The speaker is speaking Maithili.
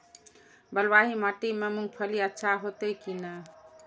बलवाही माटी में मूंगफली अच्छा होते की ने?